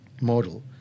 model